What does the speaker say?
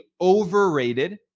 overrated